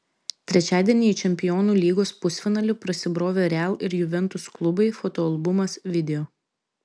trečiadienį į čempionų lygos pusfinalį prasibrovė real ir juventus klubai fotoalbumas video